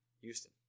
Houston